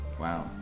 wow